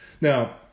Now